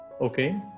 okay